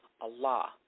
Allah